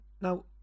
Now